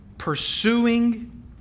Pursuing